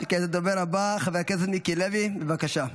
הדובר הבא, חבר הכנסת מיקי לוי, בבקשה.